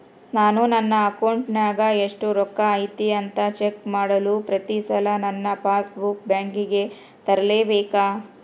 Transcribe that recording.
ನಾನು ನನ್ನ ಅಕೌಂಟಿನಾಗ ಎಷ್ಟು ರೊಕ್ಕ ಐತಿ ಅಂತಾ ಚೆಕ್ ಮಾಡಲು ಪ್ರತಿ ಸಲ ನನ್ನ ಪಾಸ್ ಬುಕ್ ಬ್ಯಾಂಕಿಗೆ ತರಲೆಬೇಕಾ?